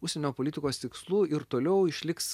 užsienio politikos tikslu ir toliau išliks